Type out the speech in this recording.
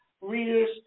readers